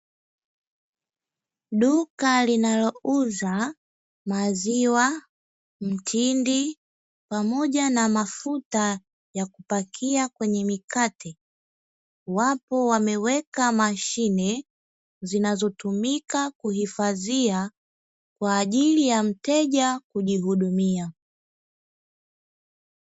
Duka linalouza maziwa mtindi pamoja na mafuta ya kupakia kwenye mikate, wapo wameweka mashine zinazotumika kuhifadhia kwa ajili ya mteja kujihudumia.